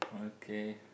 okay